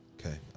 Okay